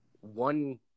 one